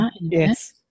Yes